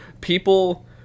people